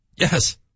Yes